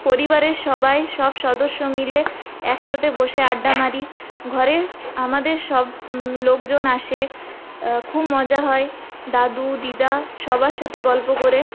পরিবারের সবাই সব সদস্য মিলে একসাথে বসে আড্ডা মারি ঘরে আমাদের সব লোকজন আসে খুব মজা হয় দাদু দিদা সবার সাথে গল্প করে